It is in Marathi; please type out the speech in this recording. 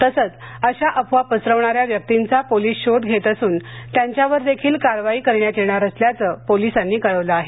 तसंच अशा अफवा पसरवणाऱ्या व्यक्तींचा पोलीस शोध घेत असून त्यांच्यावर पण कारवाई करण्यात येणार असल्याचं पोलिसांनी कळवलं आहे